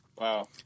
Wow